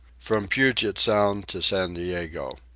from puget sound to san diego.